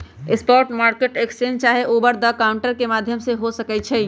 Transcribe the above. spot market exchange चाहे over the counter के माध्यम से हो सकइ छइ